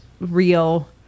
real